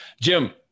Jim